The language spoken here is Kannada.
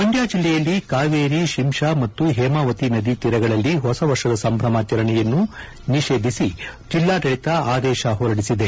ಮಂಡ್ಯ ಜಿಲ್ಲೆಯಲ್ಲಿ ಕಾವೇರಿ ಶಿಂಷಾ ಮತ್ತು ಹೇಮಾವತಿ ನದಿ ತೀರಗಳಲ್ಲಿ ಹೊಸವರ್ಷದ ಸಂಭ್ರಮಾಚರಣೆಯನ್ನು ನಿಷೇಧಿಸಿ ಜಿಲ್ಲಾಡಳಿತ ಆದೇಶ ಹೊರಡಿಸಿದೆ